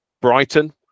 Brighton